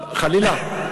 לא.